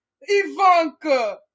Ivanka